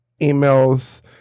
emails